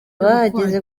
bahagaze